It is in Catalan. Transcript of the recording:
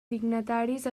dignataris